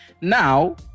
Now